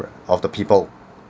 of the people